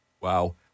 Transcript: Wow